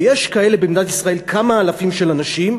ויש כאלה במדינת ישראל כמה אלפים של אנשים,